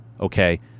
okay